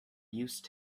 used